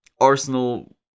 Arsenal